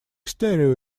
stereo